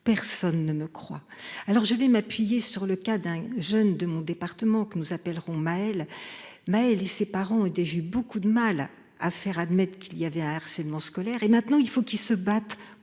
Personne ne me croit alors je vais m'appuyer sur le cas d'un jeune de mon département que nous appellerons Maëlle. Ses parents ou des, j'ai beaucoup de mal à faire admettre qu'il y avait harcèlement scolaire et maintenant il faut qu'ils se battent